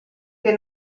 che